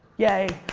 yay,